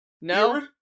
No